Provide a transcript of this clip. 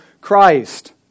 Christ